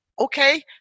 okay